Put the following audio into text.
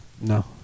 no